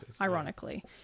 ironically